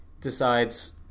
decides